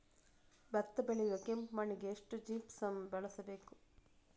ಭತ್ತ ಬೆಳೆಯುವ ಕೆಂಪು ಮಣ್ಣಿಗೆ ಎಷ್ಟು ಜಿಪ್ಸಮ್ ಬಳಸಬೇಕು?